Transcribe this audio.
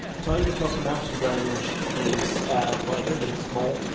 the taygetus mountain range is by no means small,